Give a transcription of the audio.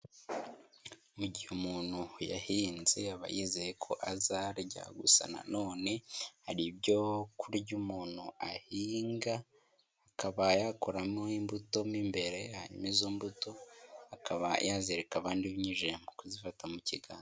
Mu gihe umuntu yahinze aba yizeye ko azarya gusa na none hari ibyo kurya umuntu ahinga ha akaba yakoramo imbuto mimbere izo mbuto akaba yazireka abandi bininyujije mu kuzifata mu kiganza.